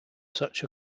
such